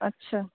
अच्छा